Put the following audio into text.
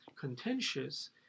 contentious